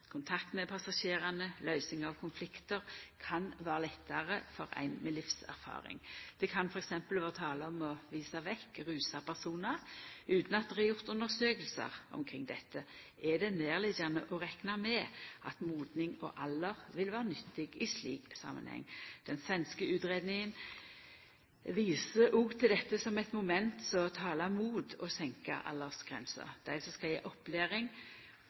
Kontakt med passasjerane og løysing av konfliktar kan vera lettare for ein med livserfaring. Det kan f.eks. vera tale om å visa bort rusa personar. Utan at det er gjort undersøkingar omkring dette, er det nærliggjande å rekna med at modning og alder vil vera nyttig i slik samanheng. Den svenske utgreiinga viser òg til dette som eit moment som talar mot å senka aldersgrensa. Dei som skal gje opplæring,